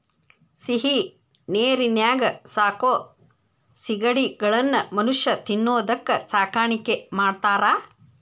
ಸಿಹಿನೇರಿನ್ಯಾಗ ಸಾಕೋ ಸಿಗಡಿಗಳನ್ನ ಮನುಷ್ಯ ತಿನ್ನೋದಕ್ಕ ಸಾಕಾಣಿಕೆ ಮಾಡ್ತಾರಾ